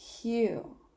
hue